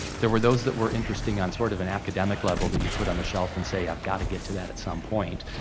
there were those that were interesting on, sort of, an academic level that you'd put on the shelf and say i've got to get to that at some point.